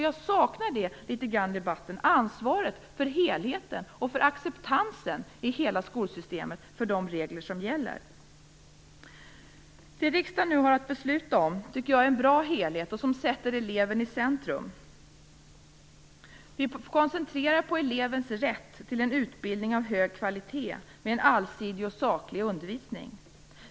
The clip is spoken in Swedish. Jag saknar i debatten ansvaret för helheten och för acceptansen i hela skolsystemet för de regler som gäller. Jag tycker att det är en bra helhet som riksdagen nu har att besluta om. Den sätter eleven i centrum. Vi koncentrerar oss på elevens rätt till en utbildning av hög kvalitet med en allsidig och saklig undervisning.